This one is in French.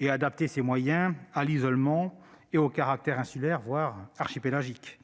et adapter ces moyens à l'isolement et au caractère insulaire, voire archipélagique ?